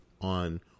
on